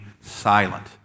silent